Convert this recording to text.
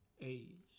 age